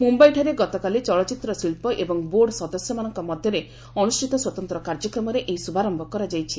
ମୁମ୍ଭାଇଠାରେ ଗତକାଲି ଚଳଚ୍ଚିତ୍ର ଶିଳ୍ପ ଏବଂ ବୋର୍ଡ ସଦସ୍ୟମାନଙ୍କ ମଧ୍ୟରେ ଅନୁଷ୍ଠିତ ସ୍ୱତନ୍ତ୍ର କାର୍ଯ୍ୟକ୍ରମରେ ଏହି ଶୁଭାରମ୍ଭ କରାଯାଇଛି